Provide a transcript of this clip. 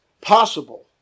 possible